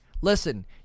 listen